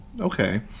Okay